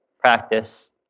practice